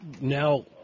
now